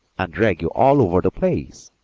and drag you all over the place!